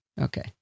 Okay